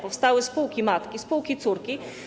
Powstały spółki matki, spółki córki.